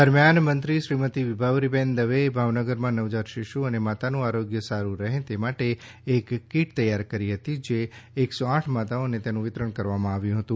દરમ્યાન મંત્રી શ્રીમતી વિભાવરીબેન દવેએ ભાવનગરમાં નવજાત શિશુ અને માતાનું આરોગ્ય સાડ઼ રહે તે માટે એક કીટ તૈયાર કરી હતી જે એકસો આંઠ માતાઓને તેનું વિતરણ કરવામાં આવ્યું હતું